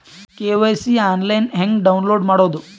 KYC online ಹೆಂಗ್ download ಮಾಡೋದು?